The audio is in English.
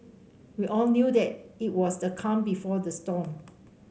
we all knew that it was the calm before the storm